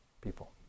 people